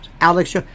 Alex